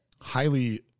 highly